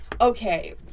okay